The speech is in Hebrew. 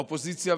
האופוזיציה,